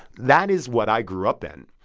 that is what i grew up in.